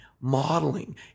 modeling